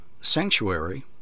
Sanctuary